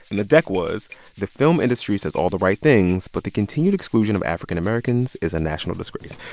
and the deck was the film industry says all the right things, but the continued exclusion of african-americans is a national disgrace.